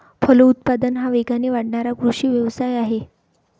फलोत्पादन हा वेगाने वाढणारा कृषी व्यवसाय आहे